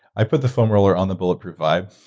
i put the foam roller on the bulletproof vibe,